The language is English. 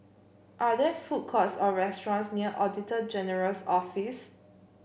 are there food courts or restaurants near Auditor General's Office